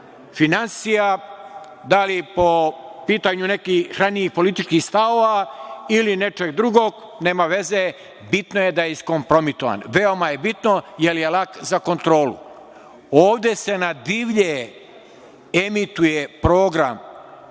finansija, da li po pitanju nekih ranijih političkih stavova ili nečeg drugog, nema veze, bitno je da je iskompromitovan, veoma je bitno, jer je lak za kontrolu. Ovde se na divlje emituje program